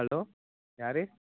hello யார்